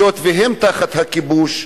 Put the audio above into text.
היות שהם תחת הכיבוש,